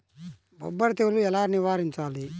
బొబ్బర తెగులు ఎలా నివారించాలి?